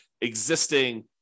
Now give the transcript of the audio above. existing